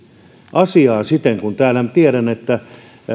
asiaa tiedän että